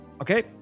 Okay